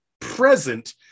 present